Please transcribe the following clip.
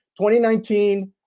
2019